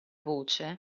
voce